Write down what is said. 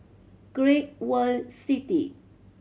Great World City